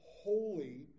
holy